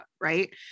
right